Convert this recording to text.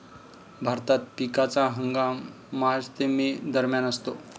भारतात पिकाचा हंगाम मार्च ते मे दरम्यान असतो